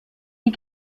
die